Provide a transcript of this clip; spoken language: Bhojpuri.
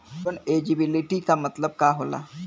लोन एलिजिबिलिटी का मतलब का होला?